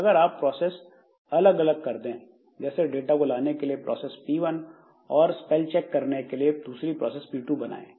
अगर आप प्रोसेस अलग अलग कर दें जैसे डाटा को लाने के लिए एक प्रोसेस P1 और स्पेलिंग चेक करने के लिए दूसरी प्रोसेस P2 बनाएं